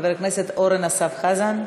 חבר הכנסת אורן אסף חזן,